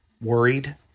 worried